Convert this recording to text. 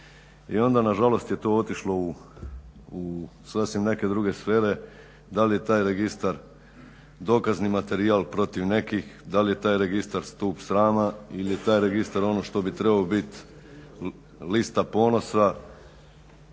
i onda nažalost je to otišlo u sasvim neke druge sfere. Da li je taj registar dokazni materijal protiv nekih, da li je taj registar stup srama ili je taj registar ono što bi trebao biti lista ponosa